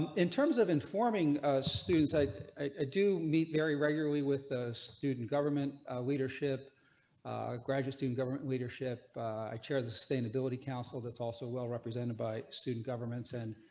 in terms of informing informing students, i do meet very regularly with ah student government leadership graduate student government leadership i chair the sustainability council, that's also, well represented by student government send.